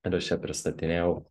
ir aš ją pristatinėjau